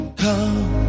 come